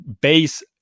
base